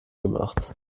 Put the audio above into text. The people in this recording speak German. gemacht